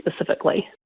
specifically